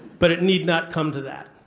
but it need not come to that.